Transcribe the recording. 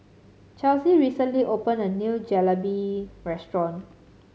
Chesley recently opened a new Jalebi restaurant